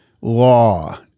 law